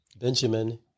Benjamin